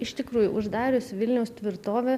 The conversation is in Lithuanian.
iš tikrųjų uždarius vilniaus tvirtovę